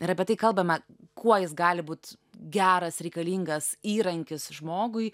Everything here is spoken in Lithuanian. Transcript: ir apie tai kalbame kuo jis gali būt geras reikalingas įrankis žmogui